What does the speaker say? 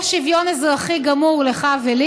יש שוויון אזרחי גמור לך ולי,